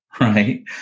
right